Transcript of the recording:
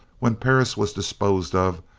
when perris was disposed of,